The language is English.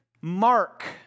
Mark